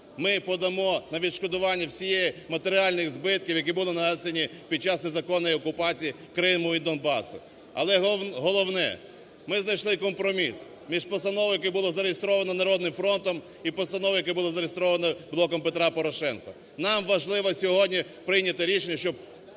ми подамо на відшкодування всіх матеріальних збитків, які були нанесені під час незаконної окупації Криму і Донбасу. Але головне, ми знайшли компроміс між постановою, яка була зареєстрована "Народним фронтом", і постановою, яка була зареєстрована "Блоком Петра Порошенка". Нам важливо сьогодні прийняти рішення, щоб